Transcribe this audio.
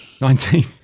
Nineteen